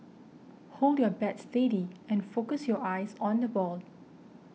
hold your bat steady and focus your eyes on the ball